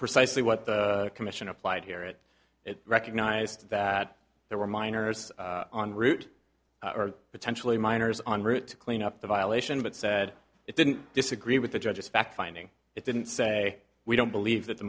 precisely what the commission applied here it recognized that there were miners on route or potentially miners on route to clean up the violation but said it didn't disagree with the judge's fact finding it didn't say we don't believe that the